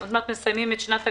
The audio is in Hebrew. עוד מעט מסיימים את שנת הלימודים.